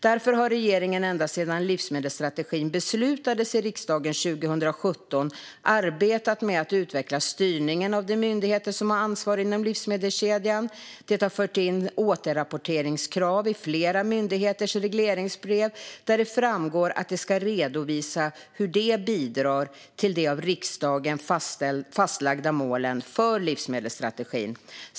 Därför har regeringen ända sedan livsmedelsstrategin beslutades i riksdagen 2017 arbetat med att utveckla styrningen av de myndigheter som har ansvar inom livsmedelskedjan. Det har förts in ett återrapporteringskrav i flera myndigheters regleringsbrev, där det framgår att de ska redovisa hur de bidrar till de av riksdagen fastlagda målen för livsmedelsstrategin.